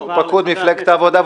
הוא פקוד מפלגת העבודה,